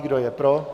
Kdo je pro?